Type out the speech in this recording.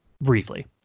briefly